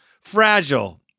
fragile